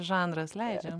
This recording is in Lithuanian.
žanras leidžia